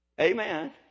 Amen